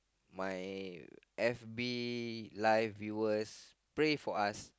my F_B live viewers pray for us